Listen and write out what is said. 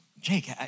Jake